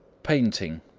painting,